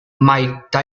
mike